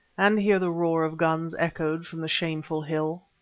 and hear the roar of guns echoed from the shameful hill.